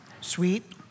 sweet